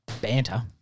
banter